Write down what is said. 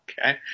Okay